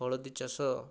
ହଳଦୀ ଚାଷ